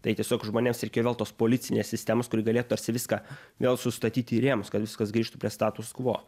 tai tiesiog žmonėms reikėjo vėl tos policinės sistemos kuri galėtų tarsi viską vėl sustatyti į rėmus kad viskas grįžtų prie status kvo